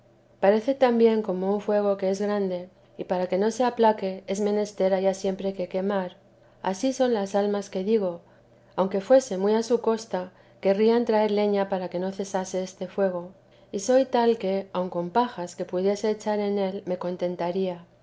parece también como un fuego que es grande y para que no se aplaque es menester haya siempre qué quemar ansí son las almas que digo aunque fuese muy a su costa qué querrían traer leña para que no cesase este fuego yo soy tal que aun con pajas que pudiese echar en él me contentaría